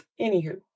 Anywho